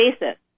basis